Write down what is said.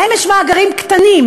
להן יש מאגרים קטנים,